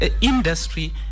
industry